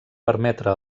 permetre